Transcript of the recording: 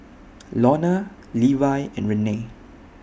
Lorna Levi and Renae